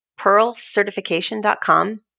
Pearlcertification.com